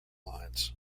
lines